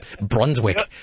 Brunswick